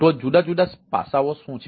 તો જુદા જુદા પાસાઓ શું છે